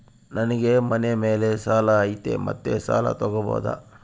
ನನಗೆ ಮನೆ ಮೇಲೆ ಸಾಲ ಐತಿ ಮತ್ತೆ ಸಾಲ ತಗಬೋದ?